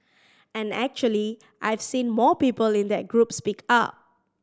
and actually I've seen more people in that group speak up